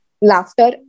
laughter